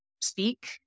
speak